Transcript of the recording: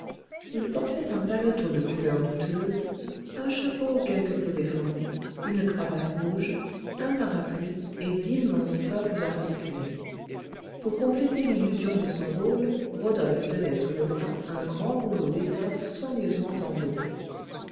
il portait un paletot de couleur douteuse un chapeau quelque peu déformé une cravate rouge un parapluie et d'immenses socques articulés pour compléter l'illusion de son rôle rodolphe tenait sous le bras un grand rouleau d'étoffes soigneusement enveloppé